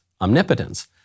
omnipotence